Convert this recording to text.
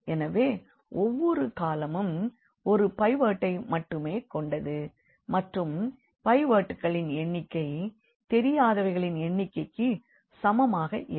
எனவே ஒவ்வொரு காலமும் ஒரு பைவோட்டை மட்டுமே கொண்டது மற்றும் பைவோட்களின் எண்ணிக்கை தெரியாதவைகளின் எண்ணிக்கைக்கு சமமாக இருக்கும்